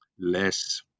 less